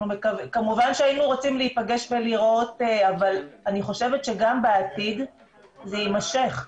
כמובן שהיינו רוצים להיפגש ולראות אבל אני חושבת שגם בעתיד זה יימשך.